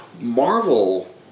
Marvel